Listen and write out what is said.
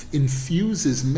infuses